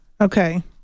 Okay